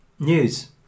News